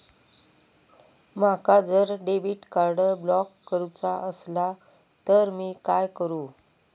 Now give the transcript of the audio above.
माका जर debit card block करूचा असला तर मी काय करू?